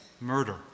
Murder